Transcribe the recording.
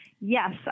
Yes